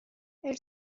elle